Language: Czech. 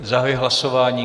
Zahajuji hlasování.